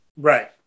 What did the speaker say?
right